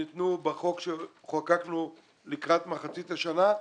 שניתנו בחוק שחוקקנו לקראת מחצית השנה,